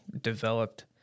developed